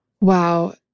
Wow